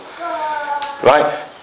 Right